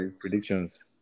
Predictions